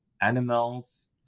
animals